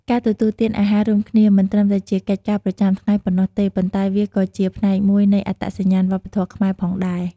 ការទទួលទានអាហាររួមគ្នា មិនត្រឹមតែជាកិច្ចការប្រចាំថ្ងៃប៉ុណ្ណោះទេ ប៉ុន្តែវាក៏ជា ផ្នែកមួយនៃអត្តសញ្ញាណវប្បធម៌ខ្មែរ ផងដែរ។